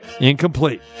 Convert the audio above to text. Incomplete